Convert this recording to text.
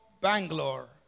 Bangalore